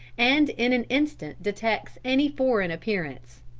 and in an instant detects any foreign appearance.